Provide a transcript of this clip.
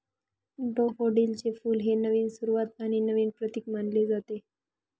डॅफोडिलचे फुल हे नवीन सुरुवात आणि नवीन प्रतीक मानले जाते